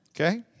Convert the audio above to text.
Okay